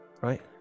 right